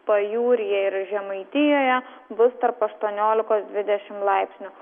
pajūryje ir žemaitijoje bus tarp aštuoniolikos dvidešim laipsnių